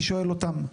אני שואל אותם.